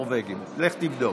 תבדוק.